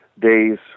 days